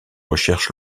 recherches